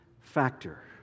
factor